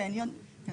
--- רק